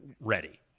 ready